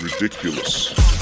Ridiculous